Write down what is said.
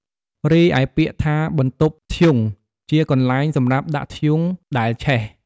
រីឯ ពាក្យថាបន្ទប់ធ្យូង ជាកន្លែងសម្រាប់ដាក់ធ្យូងដែលឆេះ។